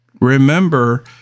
remember